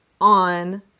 on